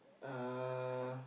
uh